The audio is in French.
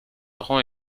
rend